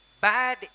bad